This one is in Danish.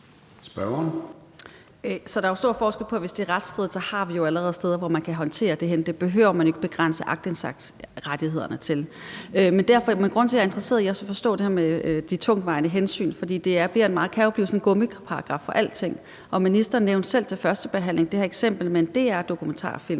Der er jo stor forskel på det, og hvis det er retsstridigt, har vi allerede nogle steder, hvor man kan håndtere det, og derfor behøver man jo ikke begrænse aktindsigtsrettighederne. Men grunden til, at jeg er interesseret i det, og at jeg skal forstå det her med de tungtvejende hensyn, er jo, at det kan blive sådan en gummiparagraf for alting, og ministeren nævnte selv ved førstebehandlingen det her eksempel med en DR-dokumentarfilm.